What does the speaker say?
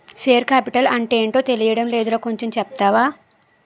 Share capital అంటేటో తెలీడం లేదురా కొంచెం చెప్తావా?